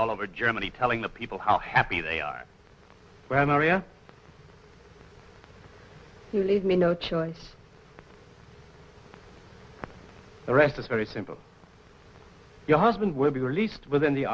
all over germany telling the people how happy they were maria to leave me no choice the rest is very simple your husband will be released within the